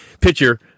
picture